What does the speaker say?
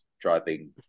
driving